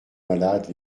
malade